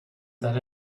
that